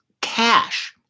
cash